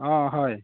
অঁ হয়